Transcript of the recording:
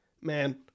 Man